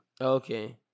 okay